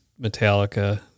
Metallica